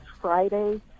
Friday